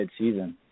midseason